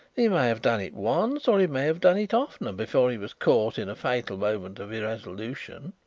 he may have done it once or he may have done it oftener before he was caught in a fatal moment of irresolution.